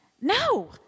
No